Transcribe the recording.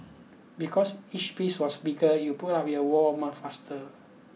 because each piece was bigger you put up your wall much faster